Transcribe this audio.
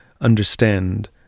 understand